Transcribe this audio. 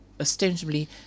ostensibly